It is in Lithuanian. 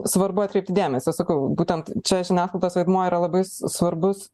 svarbu atkreipti dėmesį aš sakau būtent čia žiniasklaidos vaidmuo yra labai svarbus